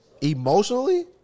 Emotionally